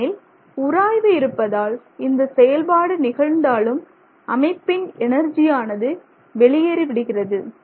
ஏனெனில் உராய்வு இருப்பதால் இந்த செயல்பாடு நிகழ்ந்தாலும் அமைப்பின் எனர்ஜியானது வெளியேறிவிடுகிறது